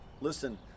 Listen